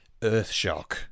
Earthshock